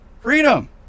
freedom